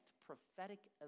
prophetic